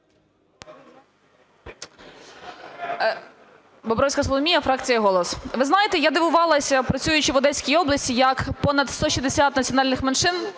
Бобровська Соломія, фракція "Голос". Ви знаєте, я дивувалася, працюючи в Одеській області, як понад 160 національних меншин,